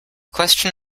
question